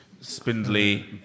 spindly